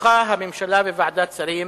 דוחה הממשלה בוועדת שרים